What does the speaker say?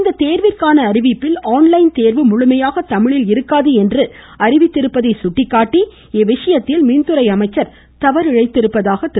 இந்த தோ்விற்கான அறிவிப்பில் ஆன்லைன் தோ்வு முழுமையாக தமிழில் இருக்காது என்று அறிவித்திருப்பதை சுட்டிக்காட்டி இவ்விஷயத்தில் மின்துறை அமைச்சர் தவறிழைத்திருப்பதாகவும் திரு